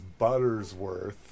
buttersworth